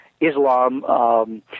Islam